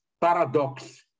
paradox